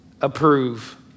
approve